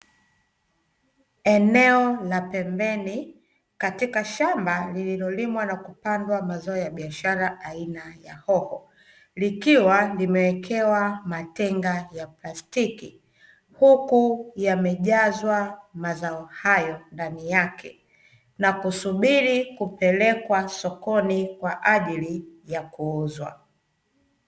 Eneo la pembeni katika shamba, lililolimwa na kupandwa mazao biashara aina ya hoho, likiwalimewekewa matenga ya plastiki, huku yamejazwa mazao hayo ndani yake, na kusubiri kupelekwa sokoni kwa ajili ya kuuzwa.